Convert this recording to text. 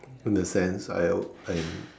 in the sense I'll I'm